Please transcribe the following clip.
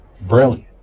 brilliant